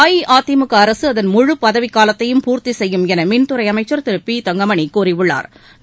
அஇஅதிமுக அரசு அதன் முழு பதவி காலத்தையும் பூர்த்தி செய்யும் என மின்துறை அமைச்சா் திரு பி தங்கமணி கூறியுள்ளாா்